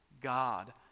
God